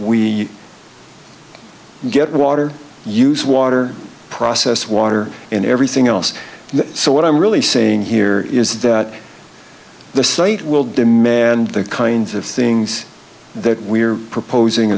we get water use water process water in everything else and so what i'm really saying here is that the site will demand the kinds of things that we're proposing